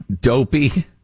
Dopey